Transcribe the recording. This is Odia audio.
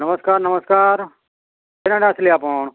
ନମସ୍କାର୍ ନମସ୍କାର୍ କେନ୍ ଆଡ଼େ ଆସିଲେ ଆପଣ୍